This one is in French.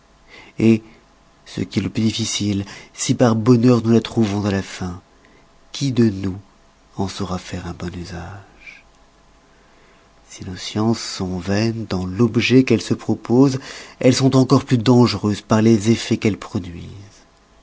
ce qui est le plus difficile si par bonheur nous le trouvons à la fin qui de nous en saura faire un bon usage si nos sciences sont vaines dans l'objet qu'elles se proposent elles sont encore plus dangereuses par les effets qu'elles produisent